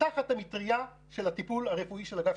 אגיד לך מניסיוני האישי.